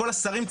כל השרים,